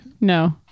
no